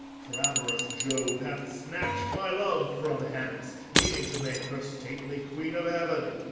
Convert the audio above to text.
for amorous jove hath snatch'd my love from hence, meaning to make her stately queen of heaven.